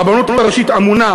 הרבנות הראשית ממונה,